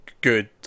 Good